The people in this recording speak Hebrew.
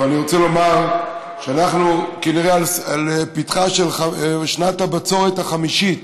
אבל אני רוצה לומר שאנחנו כנראה בפתחה של שנת הבצורת החמישית,